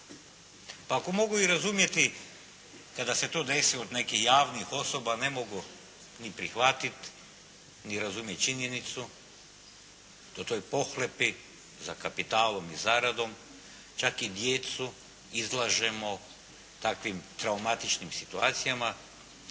Pa ako mogu i razumjeti kada se to desilo kod nekih javnih osoba ne mogu ni prihvatit ni razumjet činjenicu o toj pohlepi za kapitalom i zaradom, čak i djecu izlažemo takvim traumatičnim situacijama,